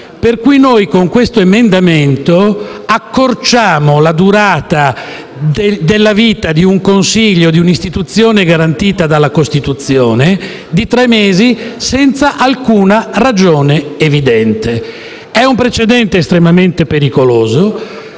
per cui noi, con questo emendamento, accorciamo la durata della vita di un Consiglio, di un'istituzione garantita dalla Costituzione, di tre mesi, senza alcuna ragione evidente. È un precedente estremamente pericoloso,